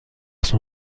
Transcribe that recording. son